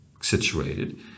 situated